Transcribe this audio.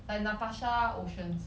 like Natasha Oceans